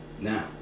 Now